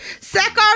second